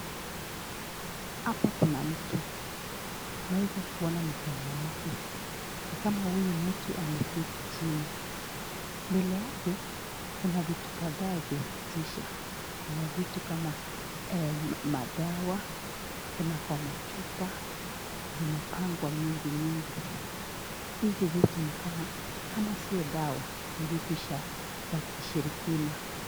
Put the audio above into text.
Hapa Kuna mtu . Naeza kuona mikono yake . Ni kama huyu mtu ameketi chini . Mbele yake Kuna vitu kadhaa vya kutisha .Kuna vitu kama eeeh madawa , Kuna kwa machupa, imepangwa mingi mingi . Hizi vitu ni kama , kama sio dawa, ni vitu Sha vya vishirikina